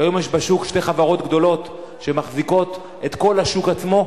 כיום יש בשוק שתי חברות גדולות שמחזיקות את כל השוק עצמו,